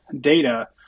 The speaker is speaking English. data